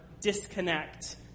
disconnect